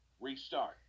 restart